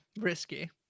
Risky